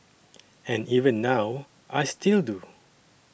and even now I still do